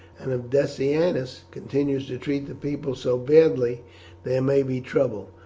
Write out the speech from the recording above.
and if decianus continues to treat the people so badly there may be trouble.